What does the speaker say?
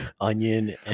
onion